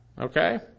okay